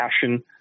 passion